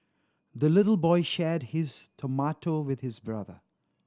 the little boy shared his tomato with his brother